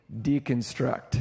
deconstruct